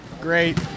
Great